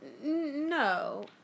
No